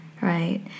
right